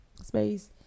space